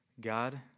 God